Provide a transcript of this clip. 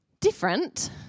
different